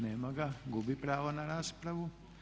Nema ga, gubi pravo na raspravu.